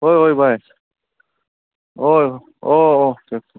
ꯍꯣꯏ ꯍꯣꯏ ꯚꯥꯏ ꯍꯣꯏ ꯑꯣꯀꯦ ꯑꯣꯀꯦ